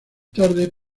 tarde